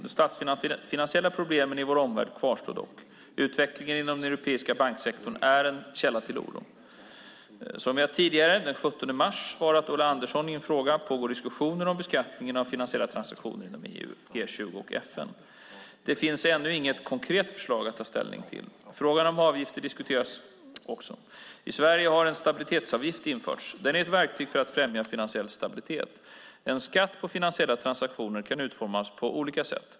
De statsfinansiella problemen i vår omvärld kvarstår dock. Utvecklingen inom den europeiska banksektorn är en källa till oro. Som jag tidigare, den 17 mars, svarat Ulla Andersson i en fråga pågår diskussioner om beskattning av finansiella transaktioner inom EU, G20 och FN. Det finns ännu inget konkret förslag att ta ställning till. Frågan om avgifter diskuteras också. I Sverige har en stabilitetsavgift införts. Den är ett verktyg för att främja finansiell stabilitet. En skatt på finansiella transaktioner kan utformas på olika sätt.